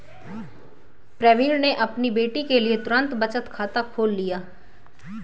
प्रवीण ने अपनी बेटी के लिए तुरंत बचत खाता खोल लिया